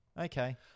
Okay